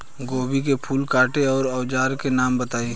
गोभी के फूल काटे के औज़ार के नाम बताई?